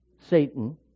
Satan